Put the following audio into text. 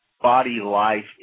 body-life